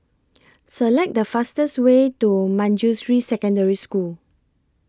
Select The fastest Way to Manjusri Secondary School